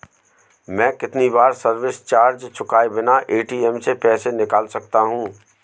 मैं कितनी बार सर्विस चार्ज चुकाए बिना ए.टी.एम से पैसे निकाल सकता हूं?